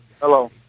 Hello